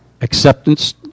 acceptance